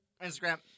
Instagram